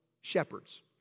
shepherds